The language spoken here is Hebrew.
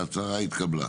ההצהרה התקבלה.